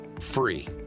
free